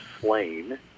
Slain